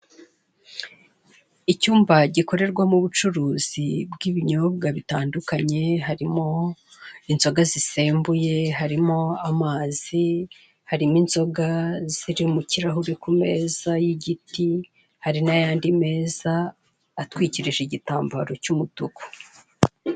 Icyumba gikoreramo ubucuruzi bw'ibinyobwa bitandukanye, harimo: inzoga zisembuye, harimo amazi, hari n'inzoga ziri mu kirahure ku meza y'igiti, hari n'ayandi meza atwikirije igitambaro cy'umutuku.